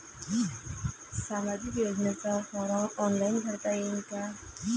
सामाजिक योजनेचा form online भरता येईन का?